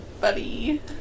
buddy